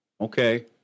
okay